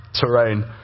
terrain